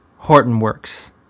HortonWorks